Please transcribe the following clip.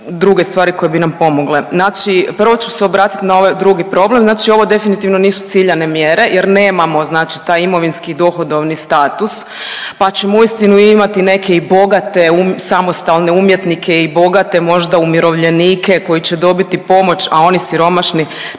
druge stvari koje bi nam pomogle. Znači prvo ću se obratit na ovaj drugi problem, znači ovo definitivno nisu ciljane mjere jer nemamo taj imovinski dohodovni status pa ćemo uistinu imati i neke bogate samostalne umjetnike i bogate možda umirovljenike koji će dobiti pomoć, a oni siromašni